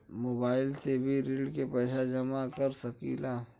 Mobile से भी ऋण के पैसा जमा कर सकी ला?